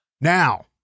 Now